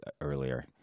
earlier